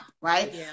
right